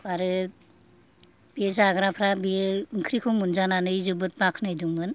आरो बे जाग्राफ्रा बे ओंख्रिखौ मोनजानानै जोबोद बाख्नाइनायदोंमोन